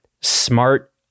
smart